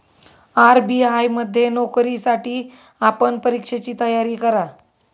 RBI मध्ये नोकरीसाठी आपण परीक्षेची तयारी करा